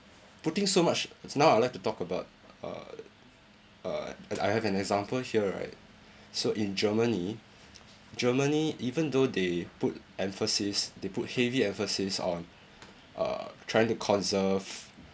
putting so much now I like to talk about uh uh and I have an example here right so in germany germany even though they put emphasis they put heavy emphasis on uh trying to conserve